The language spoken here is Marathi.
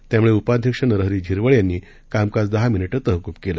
त्यामुळे उपाध्यक्ष नरहरी झिरवळ यांनी कामकाज दहा मिनिट तहकूब केलं